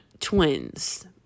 twins